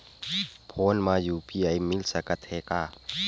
Phone मा UPI मिल सकत हे का?